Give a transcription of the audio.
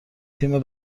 تیم